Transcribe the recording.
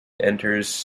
enters